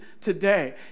today